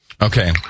Okay